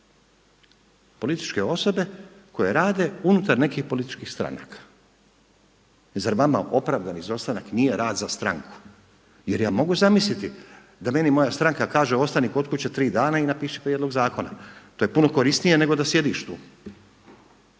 političke osobe koje rade unutar nekih političkih stranaka. Zar vama opravdani izostanak nije rad za stranku? Jer ja mogu zamisliti da meni moja stranka kaže ostani kod kuće 3 dana i napiši prijedlog zakona, to je puno korisnije nego da sjediš tu.